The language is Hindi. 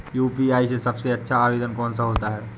यू.पी.आई में सबसे अच्छा आवेदन कौन सा होता है?